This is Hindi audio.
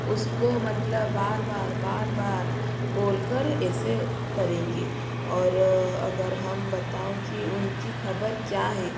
उसको मतलब बार बार बार बार बोल कर ऐसे करेंगे और अगर हम बताएं कि उनकी ख़बर क्या है